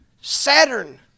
Saturn